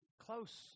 Close